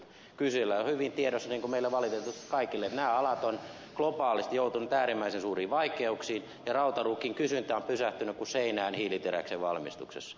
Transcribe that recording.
kysyjällä on hyvin tiedossa niin kuin meillä valitettavasti kaikilla että nämä alat ovat globaalisti joutuneet äärimmäisen suuriin vaikeuksiin ja rautaruukin kysyntä on pysähtynyt kuin seinään hiiliteräksen valmistuksessa